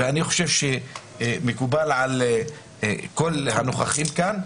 ואני חושב שהוא מקובל על כל הנוכחים כאן,